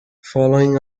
following